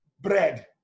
bread